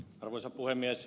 arvoisa puhemies